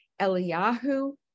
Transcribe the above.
Eliyahu